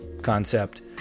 concept